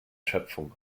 schöpfung